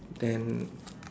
then